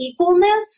equalness